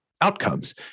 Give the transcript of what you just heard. outcomes